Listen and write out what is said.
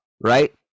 right